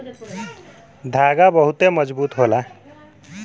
धागा बहुते मजबूत होला